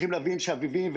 צריכים להבין שאביבים,